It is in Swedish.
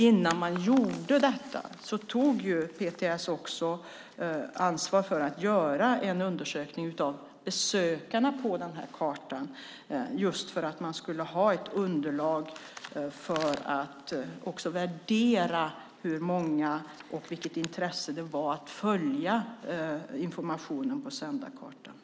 Innan man gjorde det tog PTS ansvar för att göra en undersökning av besökarna på kartan just för att man skulle ha ett underlag för att värdera hur många det var och vilket intresse som fanns att följa informationen på Sändarkartan .